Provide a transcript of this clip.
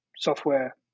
software